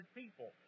people